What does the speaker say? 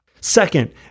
Second